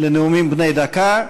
לנאומים בני דקה.